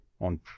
on